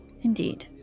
Indeed